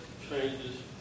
changes